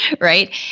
right